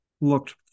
looked